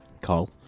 Call